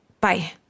bye